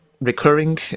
recurring